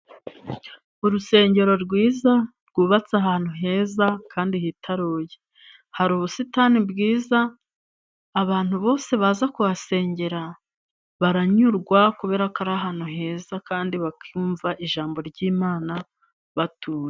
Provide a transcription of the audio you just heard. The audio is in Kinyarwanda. Urusengero rwiza rwubatse ahantu heza kandi hitaruye hari ubusitani bwiza, abantu bose baza kuhasengera baranyurwa kubera ko ari ahantu heza kandi bakumva ijambo ry'Imana batuje.